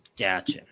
Gotcha